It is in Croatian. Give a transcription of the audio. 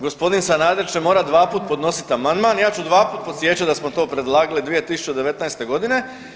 Gospodin Sanader će morat dvaput podnosit amandman, ja ću dvaput podsjećati da smo to predlagali 2019. godine.